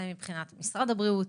זה מבחינת משרד הבריאות,